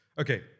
Okay